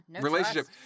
relationship